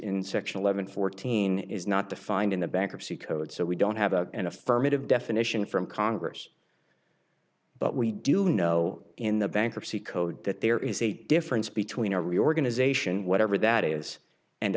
eleven fourteen is not defined in the bankruptcy code so we don't have a an affirmative definition from congress but we do know in the bankruptcy code that there is a difference between a reorganization whatever that is and